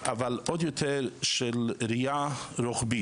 אבל עוד יותר יש לו ראייה רוחבית.